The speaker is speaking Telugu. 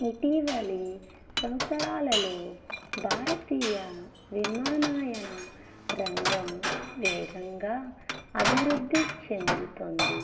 ఇటీవలి సంవత్సరాలలో భారతీయ విమానయాన రంగం వేగంగా అభివృద్ధి చెందుతోంది